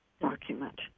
document